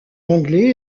anglais